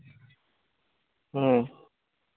ᱦᱚᱸ